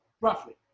roughly